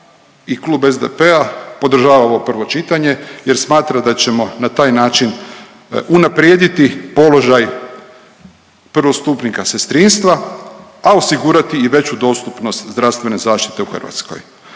i klub SDP-a, podržava ovo prvo čitanje jer smatra da ćemo na taj način unaprijediti položaj prvostupnika sestrinstva, a osigurati i veću dostupnost zdravstvene zaštite u Hrvatskoj.